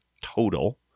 total